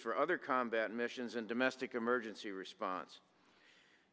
for other combat missions and domestic emergency response